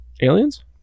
aliens